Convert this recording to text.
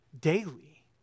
daily